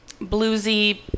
bluesy